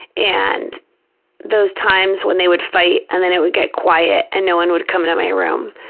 and those times when they would fight and then it would get quiet and no one would come to my room,